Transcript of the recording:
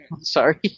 Sorry